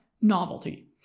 novelty